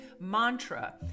mantra